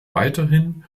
weiterhin